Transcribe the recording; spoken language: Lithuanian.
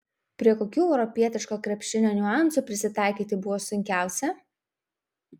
prie kokių europietiško krepšinio niuansų prisitaikyti buvo sunkiausia